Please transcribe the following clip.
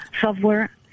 software